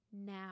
now